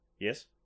Yes